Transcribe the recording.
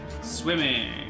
swimming